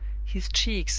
his cheeks,